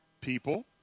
people